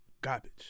Garbage